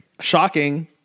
shocking